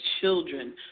children